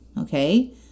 okay